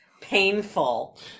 painful